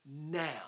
now